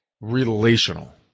relational